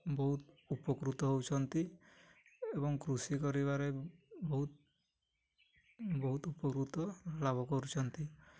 ବହୁତ ଉପକୃତ ହଉଛନ୍ତି ଏବଂ କୃଷି କରିବାରେ ବହୁତ ବହୁତ ଉପକୃତ ଲାଭ କରୁଛନ୍ତି